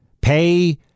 pay